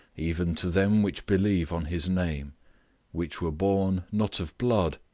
even to them which believe on his name which were born, not of blood,